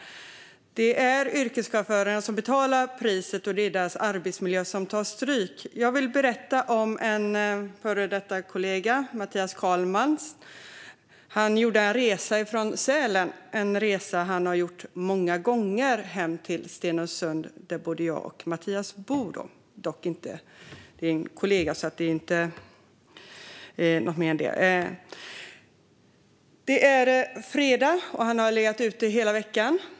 Det är yrkeschaufförerna som betalar priset, och det är deras arbetsmiljö som tar stryk. Jag vill berätta om en före detta kollega, Mathias Karlman, som gjorde en resa han gjort många gånger: från Sälen hem till Stenungsund, där både jag och Mathias bor. Han är alltså en kollega, så det är inget mer än det. Det var fredag, och han hade legat ute hela veckan.